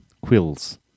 Quills